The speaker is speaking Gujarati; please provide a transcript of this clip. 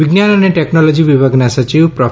વિજ્ઞાન અને ટેકનોલોજી વિભાગના સચિવ પ્રો